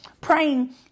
praying